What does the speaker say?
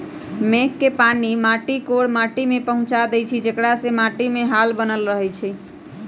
मेघ के पानी माटी कोर माटि में पहुँचा देइछइ जेकरा से माटीमे हाल बनल रहै छइ